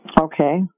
okay